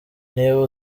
niba